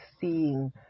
seeing